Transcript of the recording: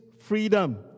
freedom